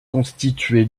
constitué